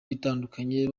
itandukanye